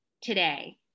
today